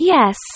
Yes